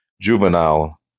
juvenile